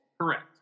Correct